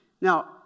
Now